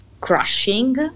crushing